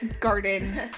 Garden